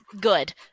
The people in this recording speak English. good